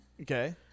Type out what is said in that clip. Okay